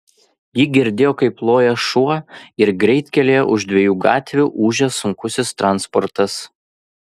ji girdėjo kaip loja šuo ir greitkelyje už dviejų gatvių ūžia sunkusis transportas